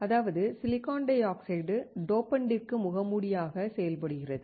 அதாவது silicon dioxide டோபண்டிற்கு முகமூடியாக செயல்படுகிறது